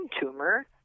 tumor